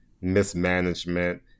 mismanagement